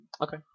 Okay